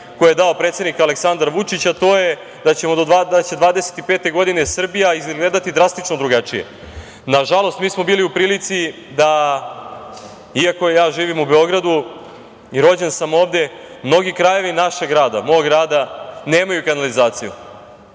koje je dao predsednik Aleksandar Vučić, a to je da će 2025. godine Srbija izgledati drastično drugačije. Nažalost, mi smo bili u prilici da, iako ja živim u Beogradu i rođen sam ovde, mnogi krajevi našeg grada, mog grada, nemaju kanalizaciju.